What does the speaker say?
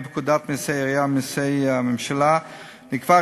לפקודת מסי העירייה ומסי הממשלה נקבעה